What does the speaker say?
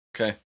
Okay